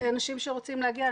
אנשים שרוצים להגיע.